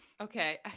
Okay